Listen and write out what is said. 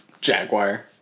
Jaguar